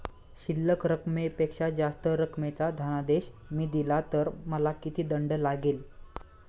शिल्लक रकमेपेक्षा जास्त रकमेचा धनादेश मी दिला तर मला किती दंड लागेल?